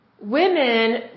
women